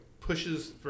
pushes